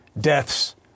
deaths